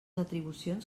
atribucions